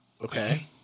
Okay